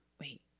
wait